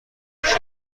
بیش